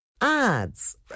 ads